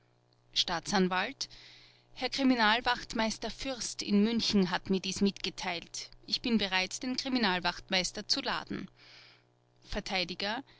staatsanwalt herr kriminalwachtmeister fürst in münchen hat mir dies mitgeteilt ich bin bereit den kriminalwachtmeister zu laden